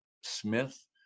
Smith